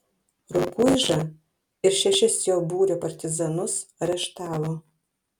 rukuižą ir šešis jo būrio partizanus areštavo